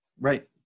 Right